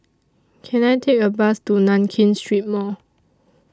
Can I Take A Bus to Nankin Street Mall